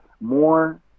more